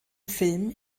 film